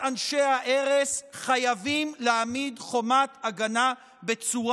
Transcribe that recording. אנשי ההרס חייבים להעמיד חומת הגנה בצורה.